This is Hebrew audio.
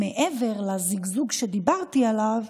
מעבר לזיגזוג שדיברתי עליו,